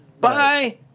Bye